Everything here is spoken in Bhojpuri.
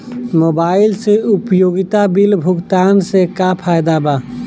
मोबाइल से उपयोगिता बिल भुगतान से का फायदा बा?